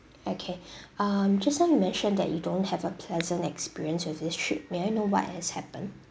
okay um just now you mentioned that you don't have a pleasant experience with this trip may I know what has happened